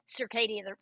circadian